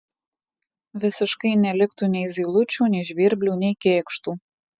visiškai neliktų nei zylučių nei žvirblių nei kėkštų